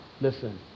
Listen